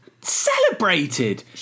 Celebrated